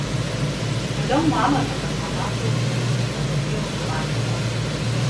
kodėl manote kad madam buvo nužudyta mesjė užsakymu